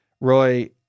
Roy